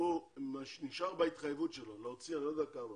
שהוא נשאר בהתחייבות שלו להוציא, אני לא יודע כמה,